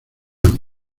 lima